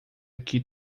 que